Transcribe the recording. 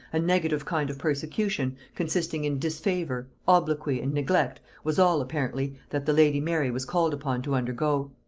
a negative kind of persecution, consisting in disfavor, obloquy, and neglect, was all, apparently, that the lady mary was called upon to undergo.